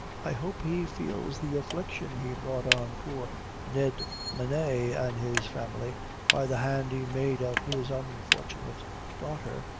i hope he feels the affliction he brought on poor ned munay an' his family by the hand he made of his unfortunate daughter.